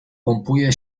pompuje